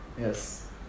Yes